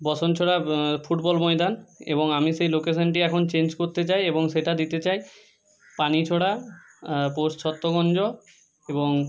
বসনছোড়া football ময়দান এবং আমি সেই লোকেশানটি এখন চেঞ্জ করতে চাই এবং সেটা দিতে চাই পানিছোড়া পোস্ট ছত্তমঞ্জ এবং